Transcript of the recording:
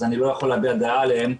אז אני לא יכול להביע דעה עליהם.